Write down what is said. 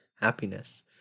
happiness